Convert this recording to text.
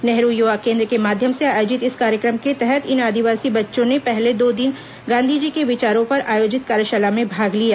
नेहरू युवा केन्द्र के माध्यम से आयोजित इस कार्यक्रम के तहत इन आदिवासी बच्चों ने पहले दो दिन गांधी जी के विचारों पर आयोजित कार्यशाला में भाग लिया